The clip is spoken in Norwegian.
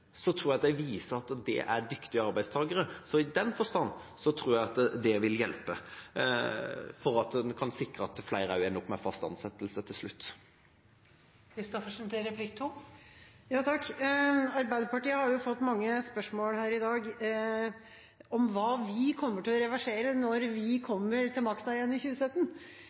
Så i den forstand tror jeg det vil hjelpe, for å sikre at flere også ender opp med fast ansettelse til slutt. Arbeiderpartiet har fått mange spørsmål her i dag om hva vi kommer til å reversere når vi kommer til makta igjen i 2017.